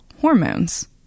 hormones